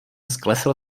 sklesl